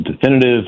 definitive